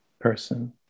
person